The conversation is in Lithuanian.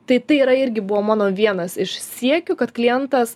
tai tai yra irgi buvo mano vienas iš siekių kad klientas